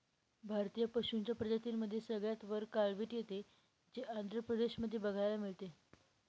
भारतीय पशूंच्या प्रजातींमध्ये सगळ्यात वर काळवीट येते, जे आंध्र प्रदेश मध्ये बघायला मिळते